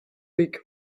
week